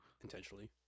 Intentionally